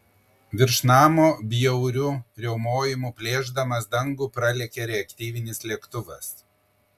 virš namo bjauriu riaumojimu plėšdamas dangų pralėkė reaktyvinis lėktuvas